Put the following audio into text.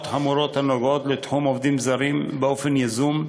חמורות הנוגעות לתחום עובדים זרים באופן יזום,